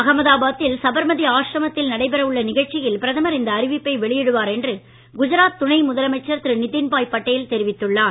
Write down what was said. அகமதாபாத்தில் சபர்மதி ஆசிரமத்தில் நடைபெற உள்ள நிகழ்ச்சியில் பிரதமர் இந்த அறிவிப்பை வெளியிடுவார் என்று குஜராத் துணை முதலமைச்சர் திரு நிதின்பாய் படேல் தெரிவித்துள்ளார்